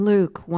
Luke